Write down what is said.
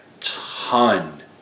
ton